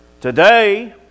Today